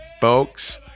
Folks